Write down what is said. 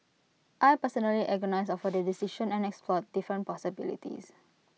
I personally agonised over the decision and explored different possibilities